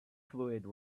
fluid